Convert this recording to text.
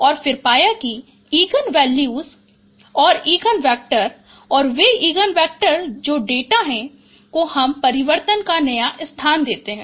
और फिर पाया कि इगन वैल्यूज और इगन वेक्टर और वे इगन वेक्टर जो डेटा है जो हमें परिवर्तन का नया स्थान देते हैं